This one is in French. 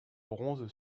bronze